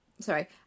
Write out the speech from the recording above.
sorry